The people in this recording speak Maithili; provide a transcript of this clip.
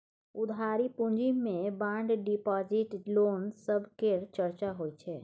उधारी पूँजी मे बांड डिपॉजिट, लोन सब केर चर्चा होइ छै